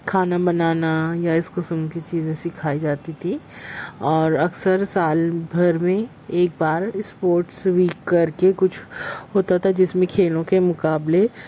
کھانا بنانا یا اس قسم کی چیزیں سکھائی جاتی تھیں اور اکثر سال بھر میں ایک بار اسپورٹس بھی کر کے کچھ ہوتا تھا جس میں کھیلوں کے مقابلے